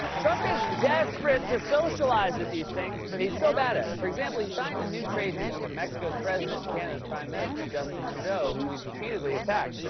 trump is desperate to socialize at these things, but he's so bad at it. for example, he signed a new trade deal with mexico's president and canada's prime minister, justin trudeau, who he's repeatedly attacked.